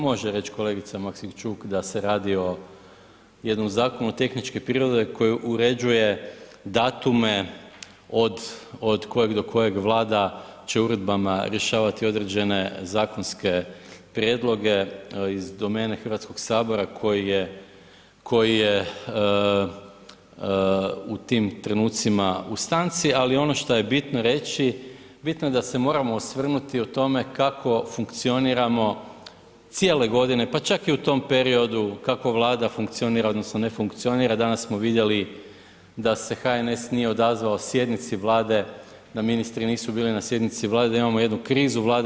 Može reći kolegica Maksimčuk da se radi o jednom zakonu tehničke prirode koji uređuje datume od kojeg do kojeg Vlada će uredbama rješavati određene zakonske prijedloge iz domene HS-a, koji je u tim trenucima u stanci, ali ono što je bitno reći, bitno da se moramo osvrnuti o tome kako funkcioniramo cijele godine, pa čak i tom periodu kako Vlada funkcionira, odnosno ne funkcionira, danas smo vidjeli da se HNS nije odazvao sjednici Vlade, da ministri nisu bili na sjednici Vlade, da imamo jednu krizu Vlade.